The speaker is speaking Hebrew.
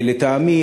לטעמי,